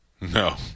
no